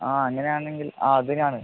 ആ അങ്ങനെ ആണെങ്കിൽ ആ അതിനാണ്